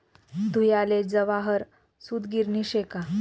धुयाले जवाहर सूतगिरणी शे का